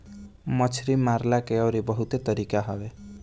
मछरी मारला के अउरी बहुते तरीका हवे